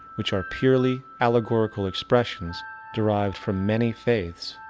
which are purely allegorical expressions derived from many faiths,